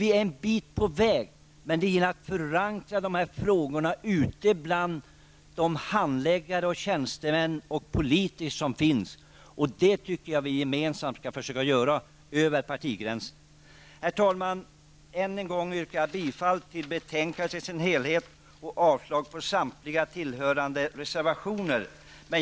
Vi är en bit på väg, men det gäller att förankra dessa frågor bland de handläggare, tjänstemän och politiker som finns ute i kommunerna. Det tycker jag att vi skall försöka göra gemensamt över partigränserna. Herr talman! Jag yrkar än en gång bifall till utskottets hemställan i dess helhet och avslag på samtliga reservationer som hör till betänkandet.